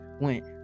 went